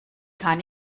kann